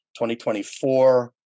2024